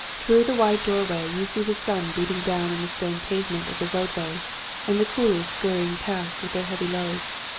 through the wide doorway you see the sun beating down on the stone pavement of the roadway and the coolies scurrying past with their heavy loads.